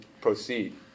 proceed